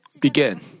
began